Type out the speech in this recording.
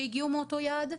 שהגיעו מאותו יעד,